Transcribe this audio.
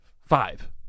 five